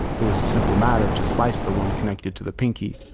it was a simple matter to slice the one connected to the pinkie,